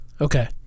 okay